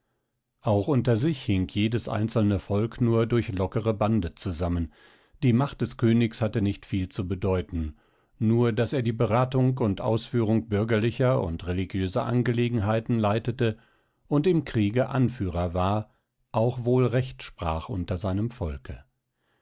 auch unter sich hing jedes einzelne volk nur durch lockere bande zusammen die macht des königs hatte nicht viel zu bedeuten nur daß er die beratung und ausführung bürgerlicher und religiöser angelegenheiten leitete und im kriege anführer war auch wohl recht sprach unter seinem volke